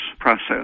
process